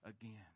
again